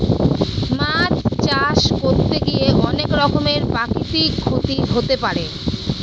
মাছ চাষ করতে গিয়ে অনেক রকমের প্রাকৃতিক ক্ষতি হতে পারে